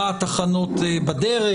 מה התחנות בדרך,